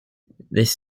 this